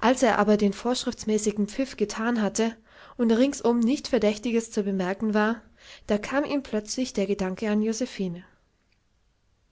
als er aber den vorschriftsmäßigen pfiff gethan hatte und ringsum nichts verdächtiges zu bemerken war da kam ihm plötzlich der gedanke an josephine